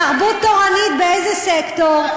תרבות תורנית באיזה סקטור?